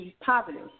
positive